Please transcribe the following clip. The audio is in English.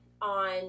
on